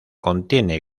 contiene